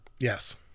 yes